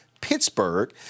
Pittsburgh